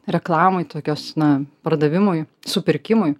reklamoj tokios na pardavimui supirkimui